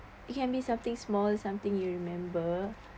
it can be something small something you remember